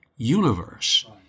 universe